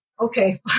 okay